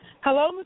Hello